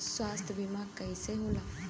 स्वास्थ्य बीमा कईसे होला?